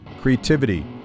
creativity